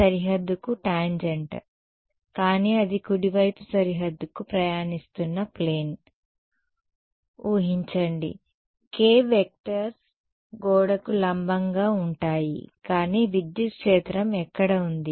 Ey సరిహద్దు కు tangent కానీ అది కుడి వైపు సరిహద్దుకు ప్రయాణిస్తున్న ప్లేన్ ఊహించండి k వెక్టర్స్ గోడకు లంబంగా ఉంటాయి కానీ విద్యుత్ క్షేత్రం ఎక్కడ ఉంది